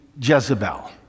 jezebel